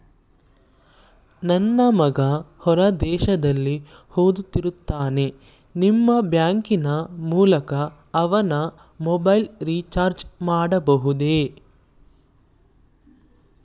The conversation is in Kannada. ನನ್ನ ಮಗ ಹೊರ ದೇಶದಲ್ಲಿ ಓದುತ್ತಿರುತ್ತಾನೆ ನಿಮ್ಮ ಬ್ಯಾಂಕಿನ ಮೂಲಕ ಅವನ ಮೊಬೈಲ್ ರಿಚಾರ್ಜ್ ಮಾಡಬಹುದೇ?